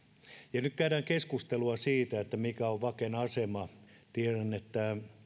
ja nyt käydään keskustelua siitä mikä on vaken asema tiedän että